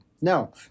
no